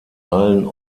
allen